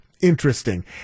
interesting